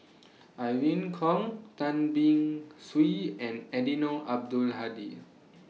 Irene Khong Tan Beng Swee and Eddino Abdul Hadi